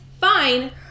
fine